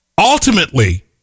Ultimately